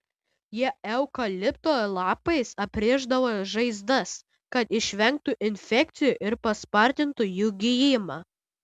jie eukalipto lapais aprišdavo žaizdas kad išvengtų infekcijų ir paspartintų jų gijimą